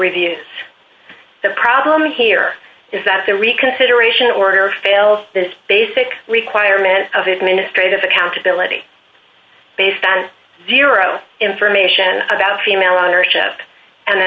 review the problem here is that the reconsideration order fails this basic requirement of administrators accountability baseband zero information about female ownership and